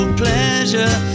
pleasure